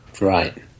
Right